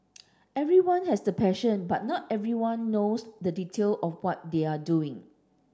everyone has the passion but not everyone knows the detail of what they are doing